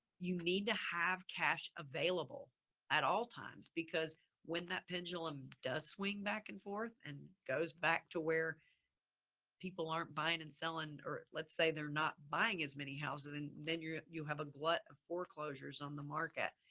you need to have cash available at all times because when that pendulum does swing back and forth and goes back to where people aren't buying and selling or let's say they're not buying as many houses and then you you have a glut of foreclosures on the market,